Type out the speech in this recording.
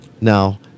now